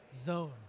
zone